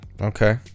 Okay